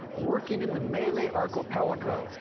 working in the malay archipelago,